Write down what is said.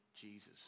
Jesus